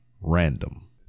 RANDOM